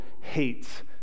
hates